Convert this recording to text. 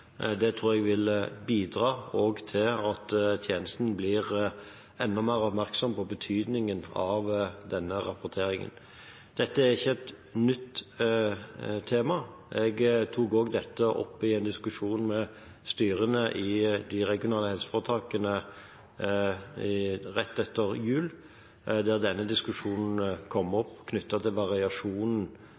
Det tror jeg vil bidra til at tjenesten blir enda mer oppmerksom på betydningen av denne rapporteringen. Dette er ikke et nytt tema – jeg tok også dette opp i en diskusjon med styrene i de regionale helseforetakene rett etter jul, der denne diskusjonen kom opp knyttet til variasjonen